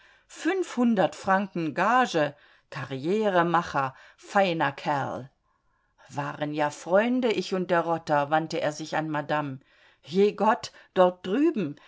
fünfhundert franken gage karrieremacher feiner kerl waren ja freunde ich und der rotter wandte er sich an madame je gott dort drüben